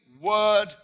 word